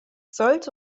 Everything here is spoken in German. sollte